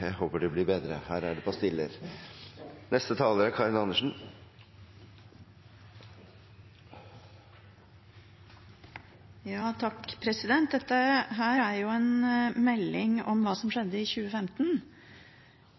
jeg håper det blir bedre, her er det pastiller. Dette er en melding om hva som skjedde i 2015,